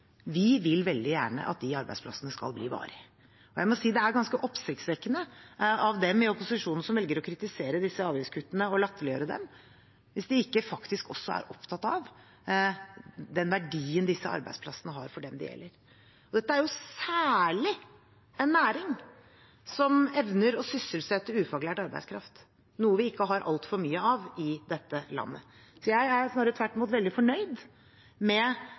Vi vil veldig gjerne at de arbeidsplassene skal bli varige. Jeg må si at det er ganske oppsiktsvekkende av dem i opposisjonen som velger å kritisere disse avgiftskuttene og latterliggjøre dem, hvis de ikke faktisk også er opptatt av den verdien disse arbeidsplassene har for dem det gjelder. Dette er særlig en næring som evner å sysselsette ufaglært arbeidskraft, noe vi ikke har altfor mye av i dette landet. Så jeg er snarere tvert imot veldig fornøyd med